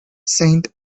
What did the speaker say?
saint